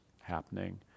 happening